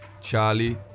Charlie